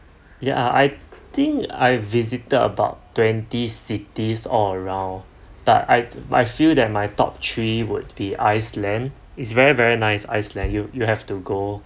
ya I think I visited about twenty cities all around but I I feel that my top three would the iceland it's very very nice iceland you you have to go